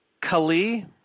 Kali